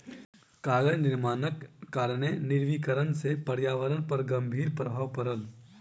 कागज निर्माणक कारणेँ निर्वनीकरण से पर्यावरण पर गंभीर प्रभाव पड़ल